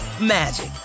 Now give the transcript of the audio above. magic